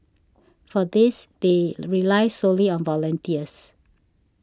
for this they rely solely on volunteers